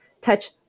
touch